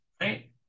right